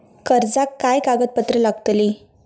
कर्जाक काय कागदपत्र लागतली?